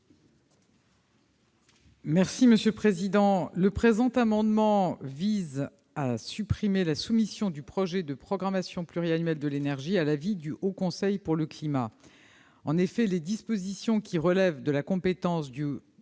est à Mme la ministre. Le présent amendement vise à supprimer la soumission du projet de programmation pluriannuelle de l'énergie à l'avis du Haut Conseil pour le climat. En effet, les dispositions qui relèvent de la compétence du